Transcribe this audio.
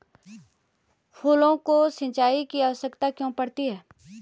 फसलों को सिंचाई की आवश्यकता क्यों पड़ती है?